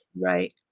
Right